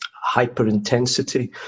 hyper-intensity